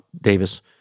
Davis